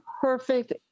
perfect